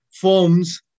forms